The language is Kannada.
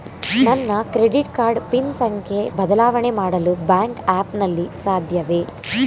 ನನ್ನ ಕ್ರೆಡಿಟ್ ಕಾರ್ಡ್ ಪಿನ್ ಸಂಖ್ಯೆ ಬದಲಾವಣೆ ಮಾಡಲು ಬ್ಯಾಂಕ್ ಆ್ಯಪ್ ನಲ್ಲಿ ಸಾಧ್ಯವೇ?